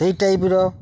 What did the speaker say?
ସେଇ ଟାଇପ୍ର